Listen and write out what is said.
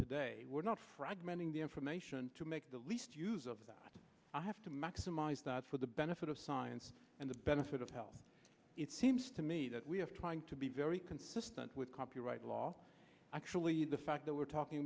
today we're not fragmenting the information to make the least use of that i have to maximise that for the benefit of science and the benefit of health it seems to me that we have trying to be very consistent with copyright law actually the fact that we're talking